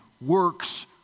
works